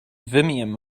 vimium